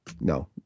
no